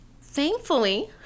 thankfully